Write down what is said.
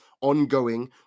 ongoing